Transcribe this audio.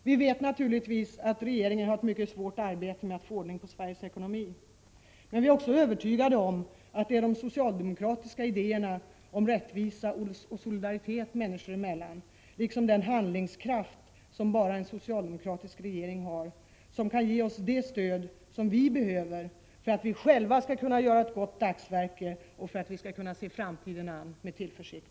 Vi vet naturligtvis att regeringen har ett mycket svårt arbete med att få ordning på Sveriges ekonomi. Men vi är också övertygade om att det är de socialdemokratiska idéerna om rättvisa och solidaritet människor emellan, liksom den handlingskraft som bara en socialdemokratisk regering har, som kan ge oss det stöd vi behöver för att vi själva skall kunna göra ett gott dagsverke och för att vi skall kunna se framtiden an med tillförsikt.